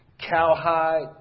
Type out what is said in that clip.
cowhide